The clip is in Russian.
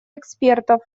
экспертов